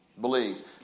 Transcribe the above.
Believes